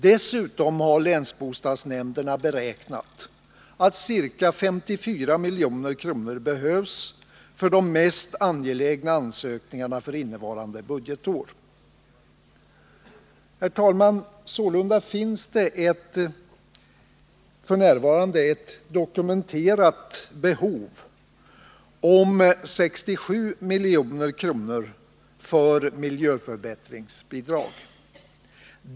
Dessutom har länsbostadsnämnderna beräknat att ca 54 milj.kr. behövs för de mest angelägna ansökningarna för innevarande budgetår. Herr talman! Sålunda finns det f. n. ett dokumenterat behov av 67 milj.kr. förbättringsbidrag.